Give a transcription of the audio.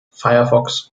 firefox